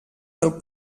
del